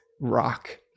rock